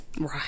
Right